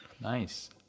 nice